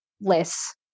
less